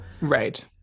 Right